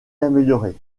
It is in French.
amélioré